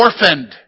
orphaned